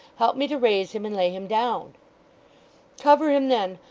help me to raise him and lay him down cover him then,